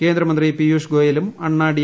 കേന്ദ്രമന്ത്രി പിയൂഷ് ഗോയലും അണ്ണാ ഡി